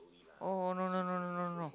oh no no no no no